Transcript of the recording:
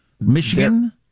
Michigan